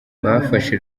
bafashe